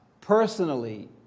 personally